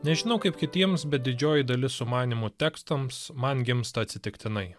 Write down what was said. nežinau kaip kitiems bet didžioji dalis sumanymų tekstams man gimsta atsitiktinai